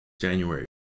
January